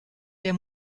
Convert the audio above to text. der